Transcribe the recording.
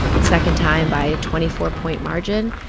the second time by a twenty four point margin,